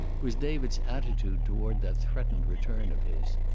was david's attitude toward that threatened return of his.